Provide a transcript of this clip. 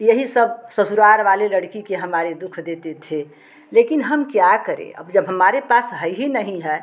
यही सब ससुराल वाले लड़की के हमारे दुःख देते थे लेकिन हम क्या करे अब जब हमारे पास है ही नहीं है